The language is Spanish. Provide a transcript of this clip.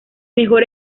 mejor